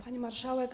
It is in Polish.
Pani Marszałek!